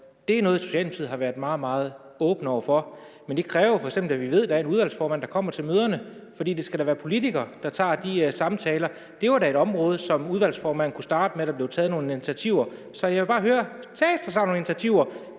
Det er noget, Socialdemokratiet har været meget, meget åben over for, men det kræver f.eks., at vi ved, at der er en udvalgsformand, der kommer til møderne, for det skal da være politikere, der tager de samtaler. Det var et område, som udvalgsformanden kunne starte med at tage nogle initiativer på. Så jeg vil bare høre, om der så tages nogle initiativer